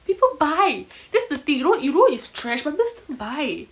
people buy that's the thing you know you know it's trash but people still buy